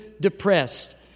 depressed